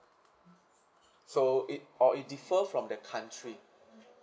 so it or it differ from the country